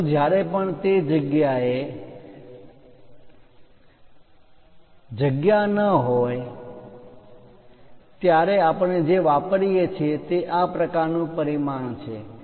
પરંતુ જ્યારે પણ તે જગ્યાએ દોરવાની કે લખવાની જગ્યા ન હોય ખીચોખીચ ભરેલું હોય congested ત્યારે આપણે જે વાપરીએ છીએ તે આ પ્રકારનું પરિમાણ છે